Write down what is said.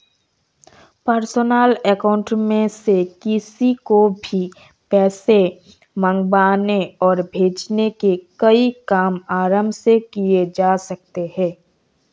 personal account में से किसी को भी पैसे मंगवाने और भेजने के कई काम आराम से किये जा सकते है